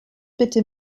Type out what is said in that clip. bitte